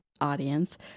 audience